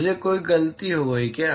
मुझसे कोई गलती हो गई क्य